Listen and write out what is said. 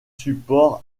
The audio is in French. supports